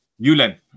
Yulen